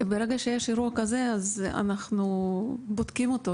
ברגע שיש אירוע כזה אנחנו בודקים אותו.